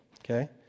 okay